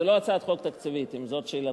זו לא הצעת חוק תקציבית, אם זו שאלתך.